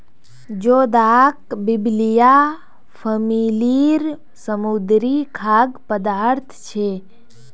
जोदाक बिब्लिया फॅमिलीर समुद्री खाद्य पदार्थ छे